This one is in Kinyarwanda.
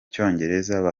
cyongereza